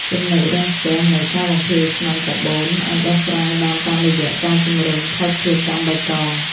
ចំណុចរាំងស្ទះនៃ "ការបំភាយឧស្ម័នកាបូន" អាចដោះស្រាយបានតាមរយៈការជម្រុញ "ភស្តុភារកម្មបៃតង"។